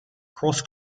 cross